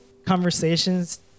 Conversations